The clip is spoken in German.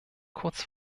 kurz